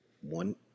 One